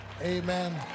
Amen